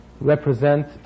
represent